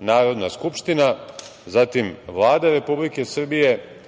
Narodna skupština, zatim Vlada Republike Srbije,